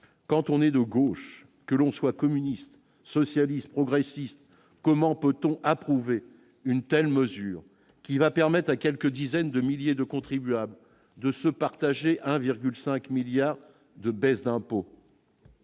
quand on est de gauche que l'on soit communiste, socialiste progressiste, comment peut-on approuver une telle mesure qui va permettre à quelques dizaines de milliers de contribuables de se partager 1,5 milliards de baisses d'impôts.